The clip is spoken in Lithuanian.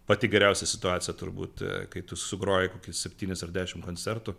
pati geriausia situacija turbūt kai tu sugroji kokius septynis ar dešimt koncertų